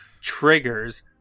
Trigger's